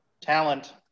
Talent